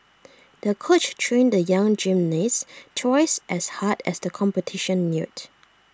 the coach trained the young gymnast twice as hard as the competition neared